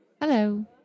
Hello